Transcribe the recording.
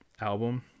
album